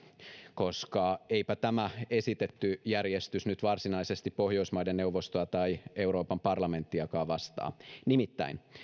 koska eipä tämä esitetty järjestys nyt varsinaisesti pohjoismaiden neuvostoa tai euroopan parlamenttiakaan vastaa nimittäin